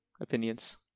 Opinions